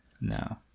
No